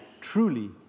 Truly